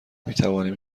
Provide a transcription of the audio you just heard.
میتوانیم